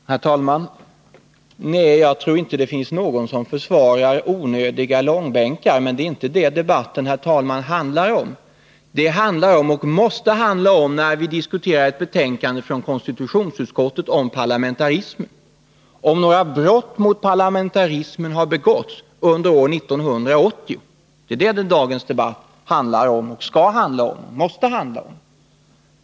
Herr talman! Nej, jag tror inte att det finns någon som försvarar onödiga långbänkar, men det är inte det debatten handlar om. När vi diskuterar ett betänkande från konstitutionsutskottet om parlamentarismen måste debatten handla om huruvida några brott mot parlamentarismen har begåtts under år 1980. Det är det dagens debatt handlar om, skall handla om och måste handla om.